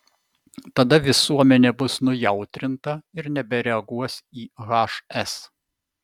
tada visuomenė bus nujautrinta ir nebereaguos į hs